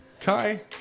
Kai